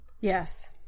Yes